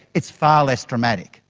it's far less dramatic.